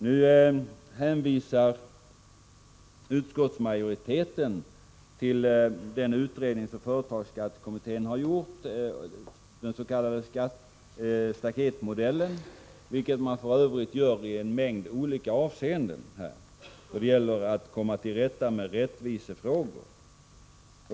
Nu hänvisar utskottsmajoriteten till företagsskattekommitténs förslag, den s.k. staketmodellen, vilket man f. ö. gör i en mängd olika avseenden då det gäller rättvisefrågor.